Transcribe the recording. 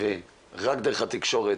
ורק דרך התקשורת,